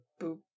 boop